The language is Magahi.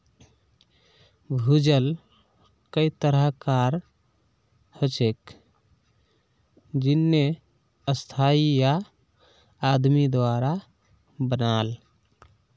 भूजल कई तरह कार हछेक जेन्ने स्थाई या आदमी द्वारा बनाल